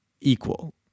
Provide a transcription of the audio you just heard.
equal